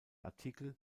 artikel